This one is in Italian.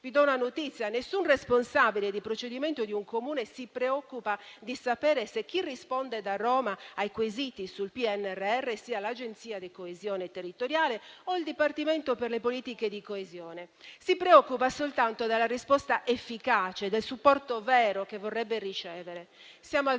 Vi do una notizia: nessun responsabile di procedimento di un Comune si preoccupa di sapere se chi risponde da Roma ai quesiti sul PNRR sia l'Agenzia di coesione territoriale o il Dipartimento per le politiche di coesione. Si preoccupa soltanto dalla risposta efficace e del supporto vero che vorrebbe ricevere.